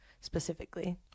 specifically